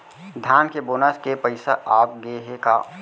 धान के बोनस के पइसा आप गे हे का?